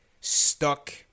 stuck